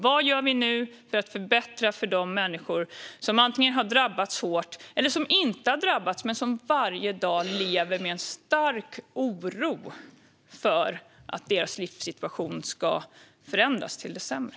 Vad gör vi nu för att förbättra för de människor som antingen har drabbats hårt eller som inte har drabbats men som varje dag lever med en stark oro för att deras livssituation ska förändras till det sämre?